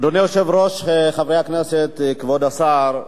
אדוני היושב-ראש, חברי הכנסת, כבוד השר,